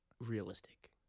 realistic